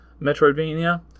Metroidvania